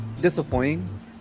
Disappointing